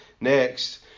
Next